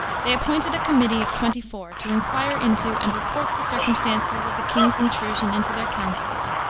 they appointed a committee of twenty-four to inquire into and report the circumstances of the king's intrusion into their councils,